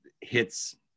hits